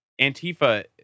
Antifa